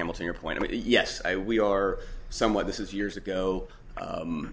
hamilton your point yes i we are somewhat this is years ago